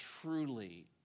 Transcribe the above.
truly